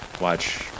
watch